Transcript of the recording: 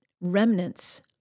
remnants